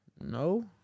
No